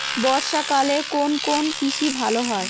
বর্ষা কালে কোন কোন কৃষি ভালো হয়?